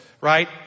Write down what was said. right